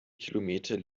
kilometer